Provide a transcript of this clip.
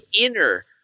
inner